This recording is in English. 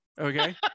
Okay